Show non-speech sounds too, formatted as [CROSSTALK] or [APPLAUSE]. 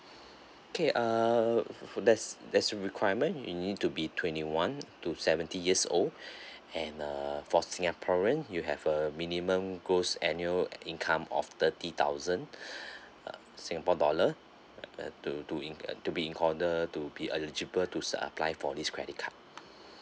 okay err there's there's requirement you need to be twenty one to seventy years old [BREATH] and uh for singaporean you have a minimum gross annual income of thirty thousand [BREATH] err singapore dollar uh to to in to be in order to be eligible to set up line for this credit card [BREATH]